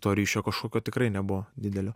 to ryšio kažkokio tikrai nebuvo didelio